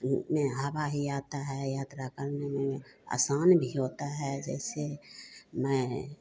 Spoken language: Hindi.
में हवा ही आती है यात्रा करने में आसान भी होती है जैसे मैं